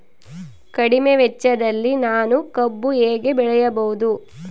ಕಡಿಮೆ ವೆಚ್ಚದಲ್ಲಿ ನಾನು ಕಬ್ಬು ಹೇಗೆ ಬೆಳೆಯಬಹುದು?